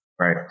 Right